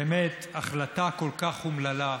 באמת החלטה כל כך אומללה,